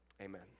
Amen